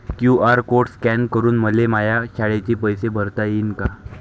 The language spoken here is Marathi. क्यू.आर कोड स्कॅन करून मले माया शाळेचे पैसे भरता येईन का?